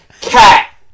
Cat